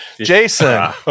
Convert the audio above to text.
Jason